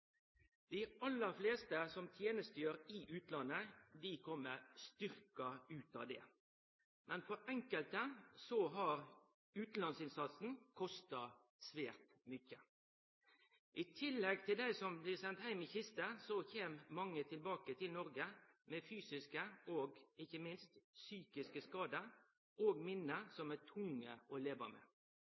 Dei aller fleste som tenestegjer i utlandet, kjem styrkte ut av det. Men for enkelte har utanlandsinnsatsen kosta svært mykje. I tillegg til dei som blir sende heim i kiste, kjem mange tilbake til Noreg med fysiske og ikkje minst psykiske skadar og minne som er tunge å leve med,